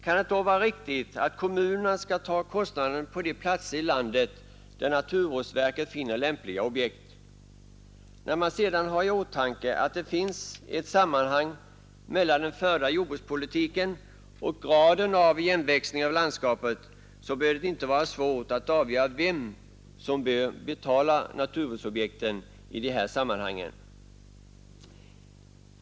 Kan det då vara riktigt att kommunerna skall ta kostnaden på de platser i landet där naturvårdsverket finner lämpliga objekt? När man sedan har i åtanke att det finns ett samband mellan den förda jordbrukspolitiken och graden av igenväxning av landskapet bör det inte vara svårt att avgöra vem som bör betala naturvårdsobjekten i de här sammanhangen.